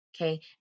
okay